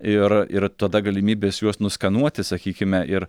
ir ir tada galimybės juos nuskenuoti sakykime ir